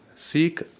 Seek